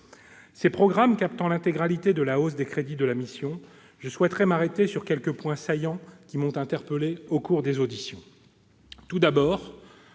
Ces programmes captant l'intégralité de la hausse des crédits de la mission, je souhaiterais m'arrêter sur quelques points saillants qui m'ont interpellé au cours des auditions. Tout d'abord,